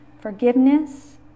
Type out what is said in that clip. Forgiveness